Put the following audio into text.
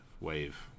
wave